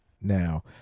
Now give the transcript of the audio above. Now